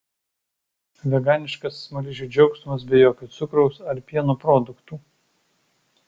veganiškas smaližių džiaugsmas be jokio cukraus ar pieno produktų